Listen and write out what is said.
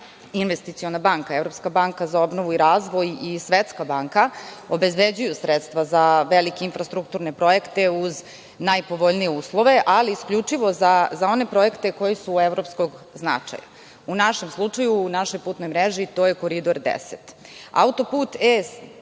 investiciona banka, Evropska banka za obnovu i razvoj i Svetska banka obezbeđuju sredstva za velike infrastrukturne projekte uz najpovoljnije uslove, ali isključivo za one projekte koji su evropskog značaja.U našem slučaju u našoj putnoj mreži to je Koridor 10. Autoput E-763